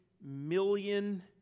million